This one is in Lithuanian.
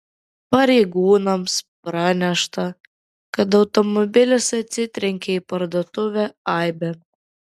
pareigūnams pranešta kad automobilis atsitrenkė į parduotuvę aibė